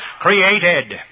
created